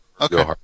Okay